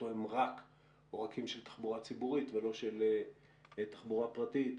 הם רק עורקים של תחבורה ציבורית ולא של תחבורה פרטית,